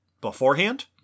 beforehand